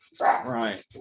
Right